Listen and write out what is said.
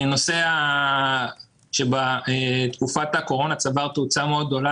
נושא שבתקופת הקורונה צבר תאוצה מאוד גדולה,